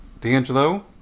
d'angelo